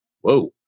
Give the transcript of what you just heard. whoa